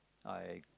I